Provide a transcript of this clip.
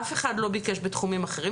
אף אחד לא ביקש בתחומים אחרים.